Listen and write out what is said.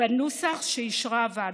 בנוסח שאישרה הוועדה.